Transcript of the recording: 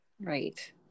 Right